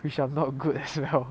which I'm not good as well